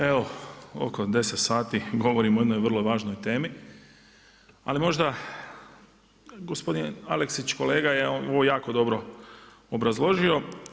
Evo oko 10 sati govorimo o jednoj vrlo važnoj temi, ali možda gospodin Aleksić, kolega je ovo jako dobro obrazložio.